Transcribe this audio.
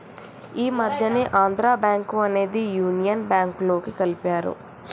ఈ మధ్యనే ఆంధ్రా బ్యేంకు అనేది యునియన్ బ్యేంకులోకి కలిపారు